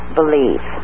believe